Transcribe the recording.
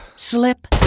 slip